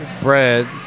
bread